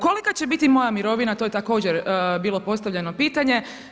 Kolika će biti moja mirovina to je također bilo postavljeno pitanje.